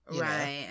right